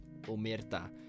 Omerta